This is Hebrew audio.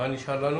נשאר לנו